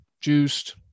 juiced